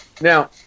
Now